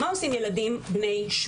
מה עושה אותו ילד בן 8